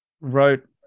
wrote